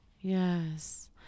Yes